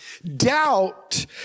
Doubt